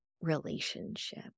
relationship